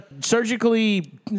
surgically